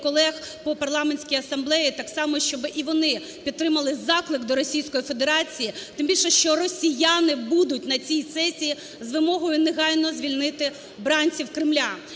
колег по Парламентській асамблеї, так само щоб і вони підтримали заклик до Російської Федерації, тим більше, що росіяни будуть на цій сесії, з вимогою негайно звільнити бранців Кремля.